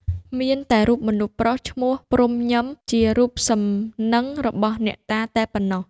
មានតែរូបមនុស្សប្រុសឈ្មោះ ព្រំុ-ញឹម ជារូបសំណឹងរបស់អ្នកតាតែប៉ុណ្ណោះ។